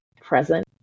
present